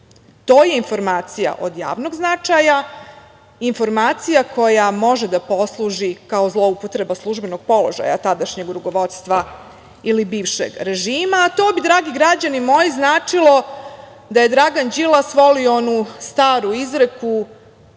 To je informacija od javnog značaja, informacija koja može da posluži kao zloupotreba službenog položaja tadašnjeg rukovodstva ili bivšeg režima. To bi, dragi građani moji, značilo da Dragan Đilas voli onu staru izreku